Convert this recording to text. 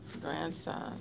grandson